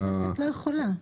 למה הכנסת לא יכולה?